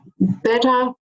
better